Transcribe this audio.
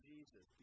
Jesus